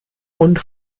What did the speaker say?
und